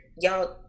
Y'all